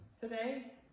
today